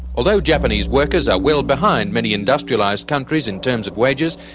although japanese workers are well behind many industrialised countries in terms of wages,